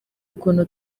ukuntu